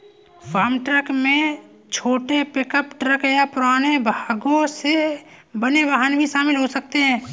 farm truck में छोटे pickup truck या पुराने भागों से बने वाहन भी शामिल हो सकते हैं